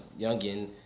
youngin